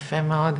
יפה, מה עוד?